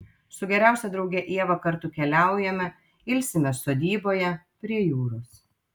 su geriausia drauge ieva kartu keliaujame ilsimės sodyboje prie jūros